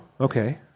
okay